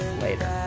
Later